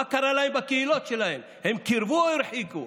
מה קרה להם בקהילות שלהם, הם קירבו או הרחיקו?